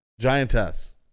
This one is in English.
Giantess